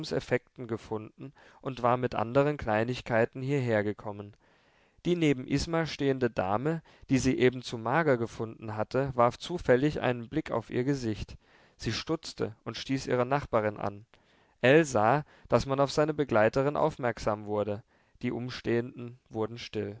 gefunden und war mit andern kleinigkeiten hierhergekommen die neben isma stehende dame die sie eben zu mager gefunden hatte warf zufällig einen blick auf ihr gesicht sie stutzte und stieß ihre nachbarin an ell sah daß man auf seine begleiterin aufmerksam wurde die umstehenden wurden still